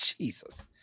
Jesus